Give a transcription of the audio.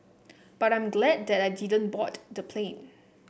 but I'm glad that I didn't board the plane